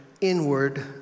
inward